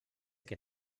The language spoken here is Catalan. que